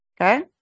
okay